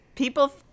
People